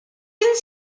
can